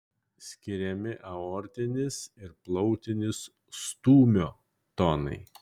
skiriami aortinis ir plautinis stūmio tonai